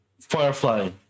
firefly